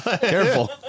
careful